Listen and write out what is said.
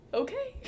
okay